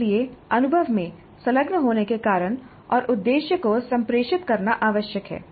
इसलिए अनुभव में संलग्न होने के कारण और उद्देश्य को संप्रेषित करना आवश्यक है